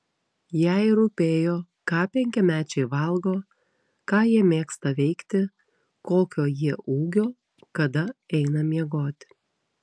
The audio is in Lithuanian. jai rūpėjo ką penkiamečiai valgo ką jie mėgsta veikti kokio jie ūgio kada eina miegoti